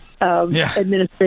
administration